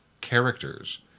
characters